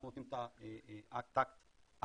אנחנו נותנים את הטאקט הבא.